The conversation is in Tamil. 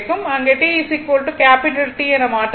அங்கு t T என மாற்ற வேண்டும்